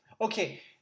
Okay